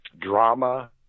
drama